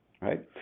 right